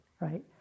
right